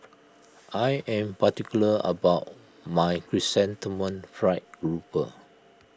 I am particular about my Chrysanthemum Fried Grouper